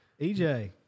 EJ